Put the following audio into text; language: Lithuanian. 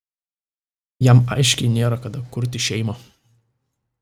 jam aiškiai nėra kada kurti šeimą